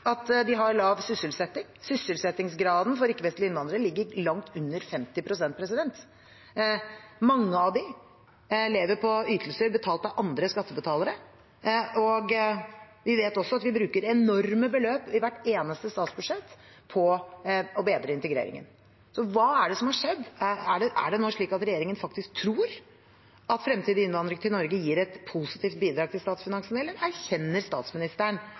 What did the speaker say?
at sysselsettingen er lav – sysselsettingsgraden for ikke-vestlige innvandrere ligger langt under 50 pst. Mange av dem lever på ytelser betalt av andre skattebetalere, og vi vet også at vi bruker enorme beløp i hvert eneste statsbudsjett på å bedre integreringen. Hva er det som har skjedd? Er det nå slik at regjeringen faktisk tror at fremtidig innvandring til Norge gir et positivt bidrag til statsfinansene, eller erkjenner statsministeren